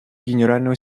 генерального